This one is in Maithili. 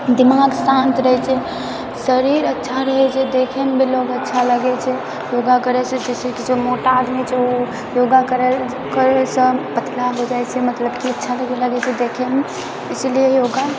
दिमाग शान्त रहै छै शरीर अच्छा रहै छै देखैमे भी लोग अच्छा लगै छै योगा करैसँ जैसकी जो मोटा आदमी छै ओ योगा करैसँ पतला हो जाइ छै मतलब कि अच्छा लगै लागै छै देखैमे ईसलिए योगा